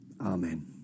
amen